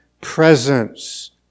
Presence